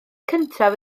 cyntaf